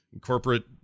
corporate